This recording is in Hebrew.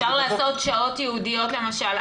אפשר לעשות שעות ייעודיות, למשל.